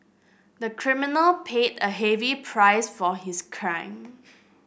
the criminal paid a heavy price for his crime